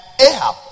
Ahab